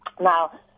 now